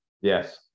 Yes